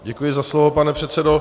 Děkuji za slovo, pane předsedo.